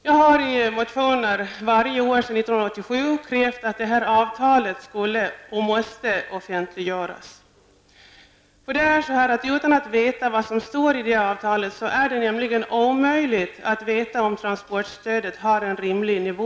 Jag har i motioner varje år sedan 1987 krävt att detta avtal skulle och måste offentliggöras. Utan att veta vad som står i detta avtal är det nämligen omöjligt att veta om transportstödet har en rimlig nivå.